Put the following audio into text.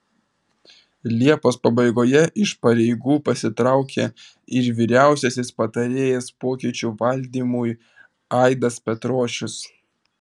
liepos pabaigoje iš pareigų pasitraukė ir vyriausiasis patarėjas pokyčių valdymui aidas petrošius